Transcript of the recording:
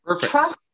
Trust